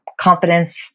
confidence